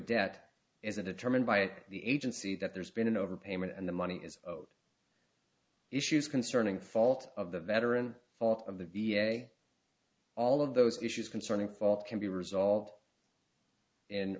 debt is a determine by the agency that there's been an overpayment and the money is owed issues concerning fault of the veteran fault of the v a all of those issues concerning fault can be resolved in